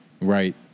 right